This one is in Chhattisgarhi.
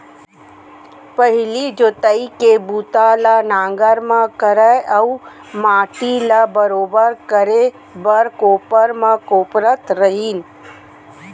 पहिली जोतई के बूता ल नांगर म करय अउ माटी ल बरोबर करे बर कोपर म कोपरत रहिन